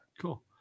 Cool